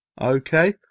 Okay